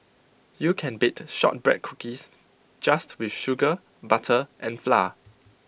you can bake Shortbread Cookies just with sugar butter and flour